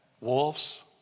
Wolves